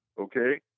okay –